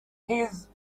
his